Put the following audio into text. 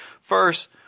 First